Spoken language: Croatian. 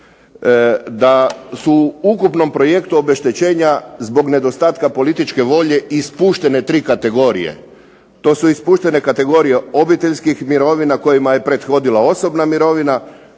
da su u ukupnom projektu obeštećenja zbog nedostatka političke volje ispuštene tri kategorije, to su ispuštene kategorije obiteljskih mirovina, kojima je prethodila osobna mirovina,